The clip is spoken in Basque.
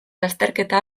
lasterketa